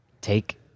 take